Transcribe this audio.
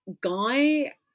guy